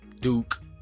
Duke